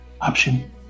Option